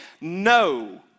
no